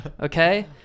Okay